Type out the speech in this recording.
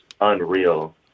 unreal